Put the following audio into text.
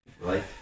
right